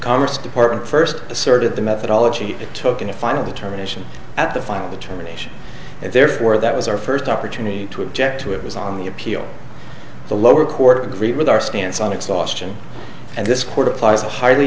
commerce department first asserted the methodology it took in a final determination at the final determination and therefore that was our first opportunity to object to it was on the appeal the lower court agreed with our stance on exhaustion and this court applies a highly